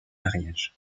mariage